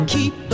Keep